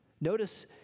notice